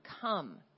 come